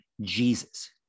Jesus